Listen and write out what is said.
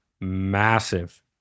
massive